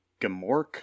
Gamork